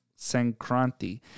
Sankranti